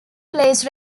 plays